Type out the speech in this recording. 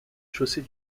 chaussée